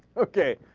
okay